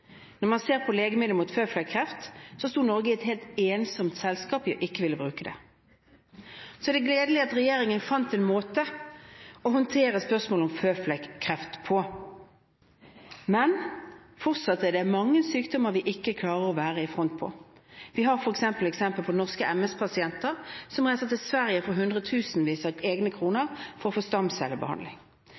Når man ser på legemidler mot føflekkreft, står Norge helt ensom i ikke å ville bruke det. Det er gledelig at regjeringen fant en måte å håndtere spørsmålet om føflekkreft på. Men fortsatt er det mange sykdommer der vi ikke klarer å være i front. Vi har eksemplet med norske MS-pasienter, som reiser til Sverige for hundretusenvis av egne kroner for å få